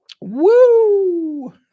Woo